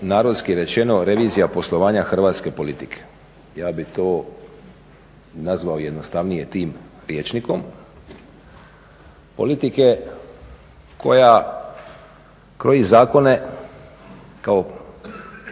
narodski rečeno revizija poslovanja hrvatske politike. Ja bih to nazvao jednostavnije tim rječnikom, politike koja kroji zakone kao